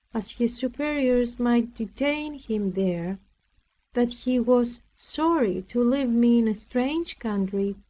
as his superiors might detain him there that he was sorry to leave me in a strange country,